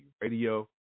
Radio